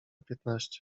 piętnaście